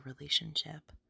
relationship